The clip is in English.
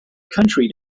country